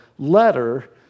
letter